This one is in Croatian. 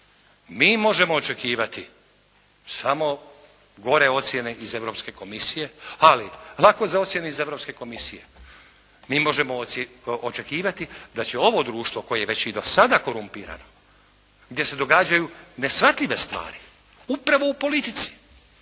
Mi možemo očekivati samo gore ocjene iz Europske Komisije, ali lako za ocjene iz Europske Komisije. Mi možemo očekivati da će ovo društvo koje je već i do sada korumpirano, gdje se događaju neshvatljive stvari upravo u politici,